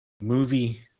movie